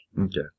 Okay